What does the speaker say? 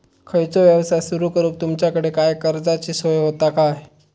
खयचो यवसाय सुरू करूक तुमच्याकडे काय कर्जाची सोय होता काय?